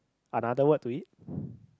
another word to it